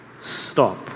stop